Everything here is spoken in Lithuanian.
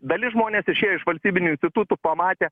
dalis žmonės išėjo iš valstybinių institutų pamatė